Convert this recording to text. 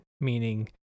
meaning